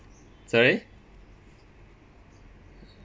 sorry